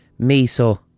miso